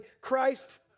Christ